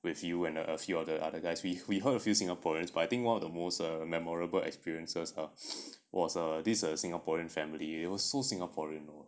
with you and a few other guys we we heard a few singaporeans but I think one of the most memorable experiences was uh this singaporean family it was so singaporean lor